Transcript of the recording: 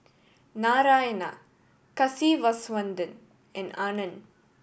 Narayana Kasiviswanathan and Anand